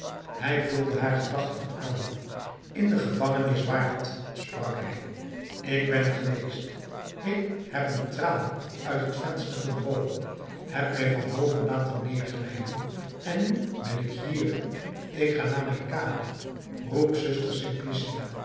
hij vulde haar gedachten aan in de gevangenis waart sprak hij ik ben er geweest ik heb een tralie uit het venster gebroken heb mij van boven laten neerglijden en nu ben ik hier ik ga naar mijn kamer roep zuster simplicia